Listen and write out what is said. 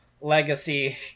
legacy